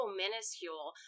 minuscule